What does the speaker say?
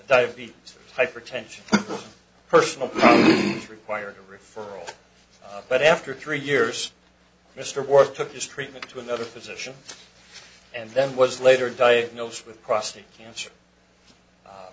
diabetes hypertension personal requiring referral but after three years mr worth took his treatment to another physician and then was later diagnosed with prostate cancer